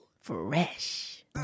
Fresh